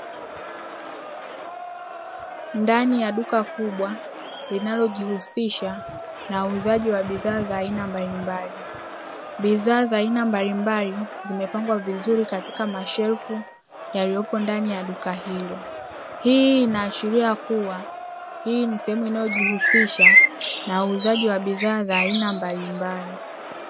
Ndani ya duka kubwa linalojihusisha na uuzaji wa bidhaa za aina mbalimbali. Bidhaa za aina mbalimbali zimepangwa vizuri katika mashelfu yaliyopo ndani ya duka hilo. Hii inaashiria kuwa hii ni sehemu inayojihusisha na uuzaji wa bidhaa za aina mbalimbali.